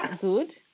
Good